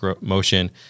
motion